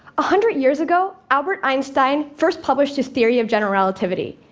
a hundred years ago, albert einstein first published his theory of general relativity.